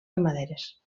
ramaderes